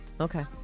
Okay